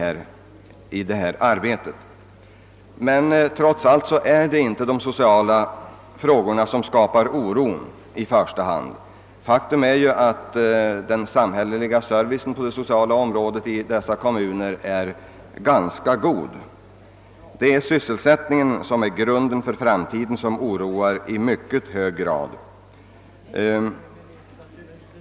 Trots allt är det emellertid inte i första hand de sociala frågorna som skapar oro; den samhälleliga servicen på det sociala området i dessa kommuner är ganska god. Sysselsättningen, som är grunden för framtiden, är bekymret framför andra.